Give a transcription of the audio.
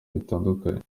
bitandukanye